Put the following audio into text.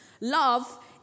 love